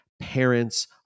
parents